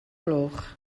gloch